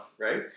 right